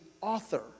author